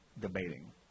debating